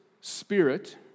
Spirit